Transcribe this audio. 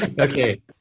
okay